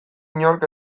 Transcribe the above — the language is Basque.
inork